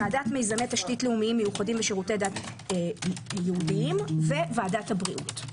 ועדת מיזמי תשתית לאומיים מיוחדים לשירותי דת יהודיים ו-וועדת הבריאות.